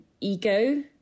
ego